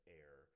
air